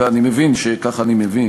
ככה אני מבין,